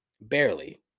Barely